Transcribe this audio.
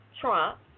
Trump